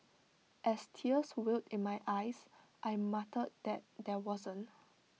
as tears welled in my eyes I muttered that there wasn't